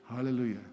Hallelujah